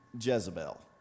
Jezebel